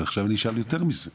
ועכשיו אני אשאל יותר מזה,